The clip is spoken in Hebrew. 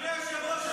אדוני היושב-ראש,